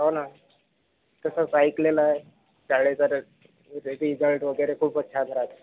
हो ना तसंच ऐकलेलं आहे शाळेचा र रिजल्ट वगैरे खूपच छान राहतो